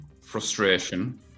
frustration